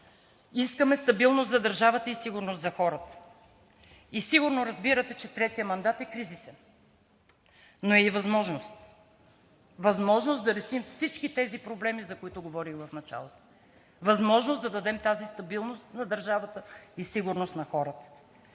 Искаме стабилност за държавата и сигурност за хората. Сигурно разбирате, че третият мандат е кризисен, но е и възможност. Възможност да решим всички тези проблеми, за които говорим в началото. Възможност да дадем тази стабилност на държавата и сигурност на хората.